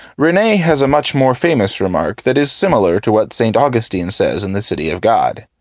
rene has a much more famous remark that is similar to what st. augustine says in the city of god.